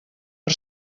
per